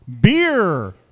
Beer